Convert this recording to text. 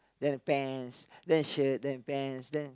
then pants then shirt then pants then